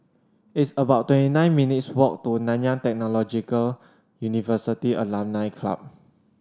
it's about twenty nine minutes' walk to Nanyang Technological University Alumni Club